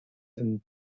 and